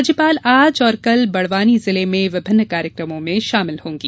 राज्यपाल आज और कल बड़वानी जिले में विभिन्न कार्यक्रमों में शामिल हों गी